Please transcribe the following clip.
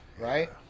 right